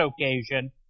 occasion